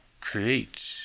create